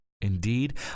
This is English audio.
indeed